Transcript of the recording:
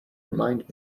remind